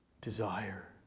desire